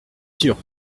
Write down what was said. sûr